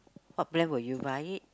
what brand will you buy it